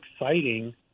exciting